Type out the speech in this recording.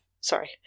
Sorry